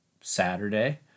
Saturday